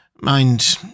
mind